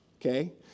okay